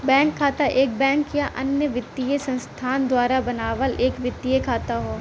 bank खाता एक bank या अन्य वित्तीय संस्थान द्वारा बनावल एक वित्तीय खाता हौ